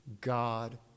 God